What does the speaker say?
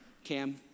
Cam